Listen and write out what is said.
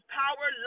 power